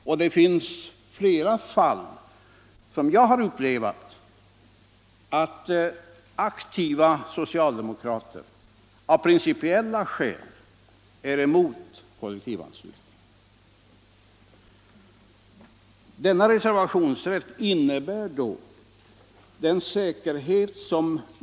Jag har upplevt flera fall där aktiva socialdemokrater av principiella skäl är emot kollektivanslutning.